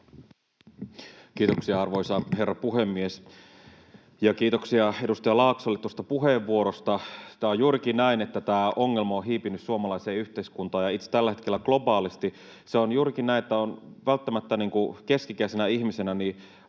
Kiitoksia, arvoisa herra puhemies! Ja kiitoksia edustaja Laaksolle tuosta puheenvuorosta. Tämä on juurikin näin, että tämä ongelma on hiipinyt suomalaiseen yhteiskuntaan, ja itse asiassa tällä hetkellä globaalisti. Se on juurikin näin, että keski-ikäisenä ihmisenä